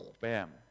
bam